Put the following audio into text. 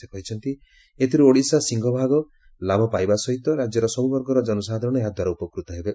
ସେ କହିଛନ୍ତି ଏଥିରୁ ଓଡ଼ିଶା ସିଂହଭାଗ ଲାଭ ପାଇବା ସହିତ ରାଜ୍ୟର ସବୁବର୍ଗର ଜନସାଧାରଣ ଏହା ଦ୍ୱାରା ଉପକୃତ ହେବେ